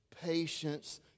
patience